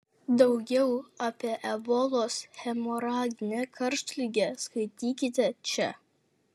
daugiau apie ebolos hemoraginę karštligę skaitykite čia